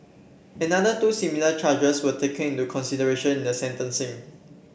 another two similar charges were taken into consideration in the sentencing